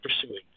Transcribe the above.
pursuing